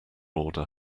order